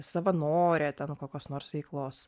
savanorė nu kokios nors veiklos